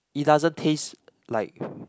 it doesn't taste like